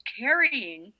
carrying